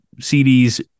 CDs